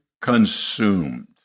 consumed